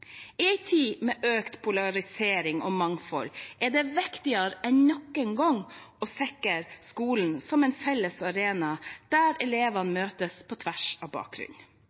I en tid med økt polarisering og mangfold er det viktigere enn noen gang å sikre skolen som en felles arena der elevene møtes på tvers av